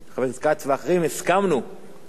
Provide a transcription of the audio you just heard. חבר הכנסת כץ ואחרים,